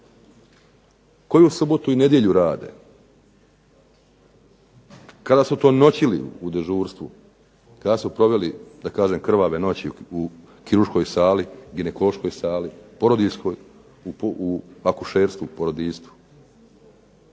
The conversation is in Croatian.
Koju subotu i nedjelju rade? Kada su to noćili u dežurstvu? Kada su proveli, da kažem, krvave noći u kirurškoj sali, ginekološkoj sali, porodiljskoj, u porodiljstvu?